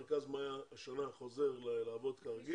מרכז 'מאיה' השנה חוזר לעבוד כרגיל